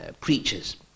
Preachers